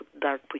Dark